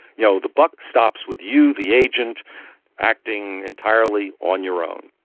you know, the buck stops with you, the agent acting entirely on your own.